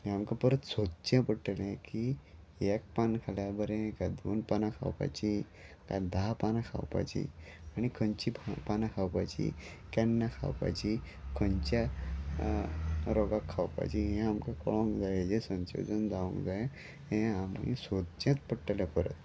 हें आमकां परत सोदचें पडटलें की एक पान खाल्यार बरें दोन पानां खावपाची काय धा पानां खावपाची आनी खंयची पानां खावपाची केन्ना खावपाची खंयच्या रोगाक खावपाची हें आमकां कळोंक जाय हेजें संशोजन जावंक जाय हें आमी सोदचेंच पडटलें परत